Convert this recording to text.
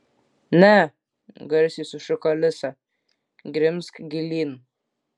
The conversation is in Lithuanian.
ne garsiai sušuko alisa grimzk gilyn